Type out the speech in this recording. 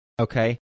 Okay